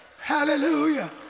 Hallelujah